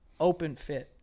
OpenFit